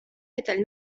metal